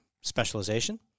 specialization